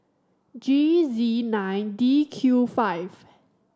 G Z nine D Q five